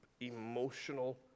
emotional